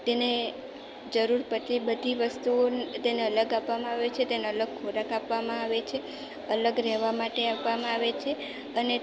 તેને જરૂર પડતી બધી વસ્તુઓ તેને અલગ આપવામાં આવે છે તેને અલગ ખોરાક આપવામાં આવે છે અલગ રહેવા માટે આપવામાં આવે છે અને